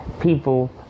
people